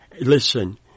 Listen